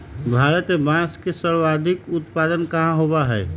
भारत में बांस के सर्वाधिक उत्पादन कहाँ होबा हई?